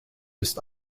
ist